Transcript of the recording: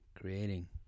creating